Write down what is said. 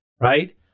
right